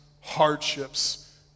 hardships